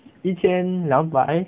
一千两百